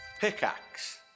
Pickaxe